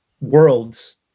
worlds